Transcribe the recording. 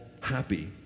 happy